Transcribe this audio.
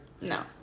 No